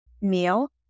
meal